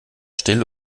still